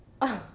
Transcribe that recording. a'ah